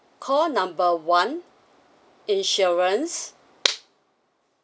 call number one insurance